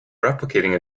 replicating